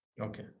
Okay